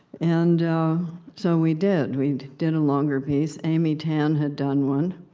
and so we did. we and did a longer piece. amy tan had done one,